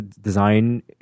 design